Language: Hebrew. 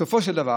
בסופו של דבר,